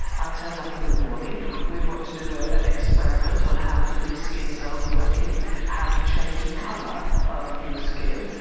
i turn up in the morning. we want to do ah an experiment on how do these skin cells work in how to change the colour of your skin.